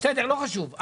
בסדר, לא חשוב.